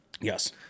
Yes